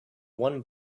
one